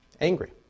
angry